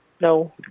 no